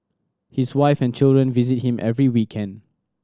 his wife and children visit him every weekend